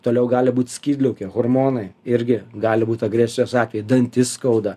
toliau gali būt skydliaukė hormonai irgi gali būt agresijos atvejai dantis skauda